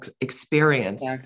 experience